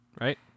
right